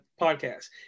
podcast